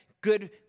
good